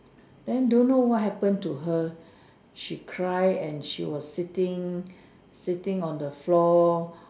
then don't know what happened to her she cry and she was sitting sitting on the floor